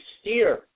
steer